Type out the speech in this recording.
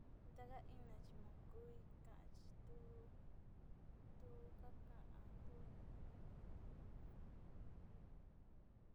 Ndaka iinna chimakui kakanchitu kakan tuu.